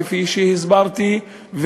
כפי שהסברתי,